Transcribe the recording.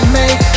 make